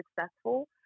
successful